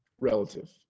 relative